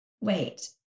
wait